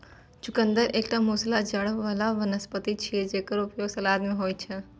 चुकंदर एकटा मूसला जड़ बला वनस्पति छियै, जेकर उपयोग सलाद मे होइ छै